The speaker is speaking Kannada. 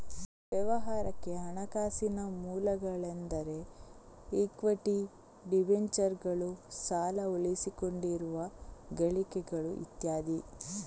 ವ್ಯವಹಾರಕ್ಕೆ ಹಣಕಾಸಿನ ಮೂಲಗಳೆಂದರೆ ಇಕ್ವಿಟಿ, ಡಿಬೆಂಚರುಗಳು, ಸಾಲ, ಉಳಿಸಿಕೊಂಡಿರುವ ಗಳಿಕೆಗಳು ಇತ್ಯಾದಿ